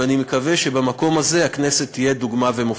ואני מקווה שבמקום הזה הכנסת תהיה דוגמה ומופת.